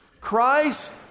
christ